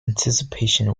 anticipation